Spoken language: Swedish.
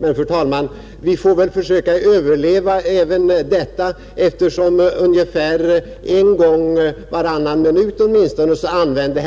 Men, fru talman, vi får väl försöka överleva även detta, eftersom herr Lorentzon ungefär en gång varannan minut använde